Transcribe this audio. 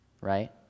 right